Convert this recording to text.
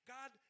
God